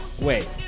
Wait